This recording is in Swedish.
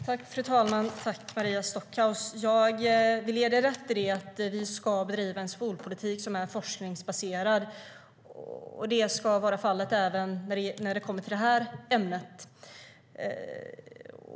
Fru talman! Tack, Maria Stockhaus! Jag vill ge dig rätt i att vi ska bedriva en skolpolitik som är forskningsbaserad. Det ska vara fallet även när det kommer till det här ämnet.